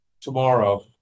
tomorrow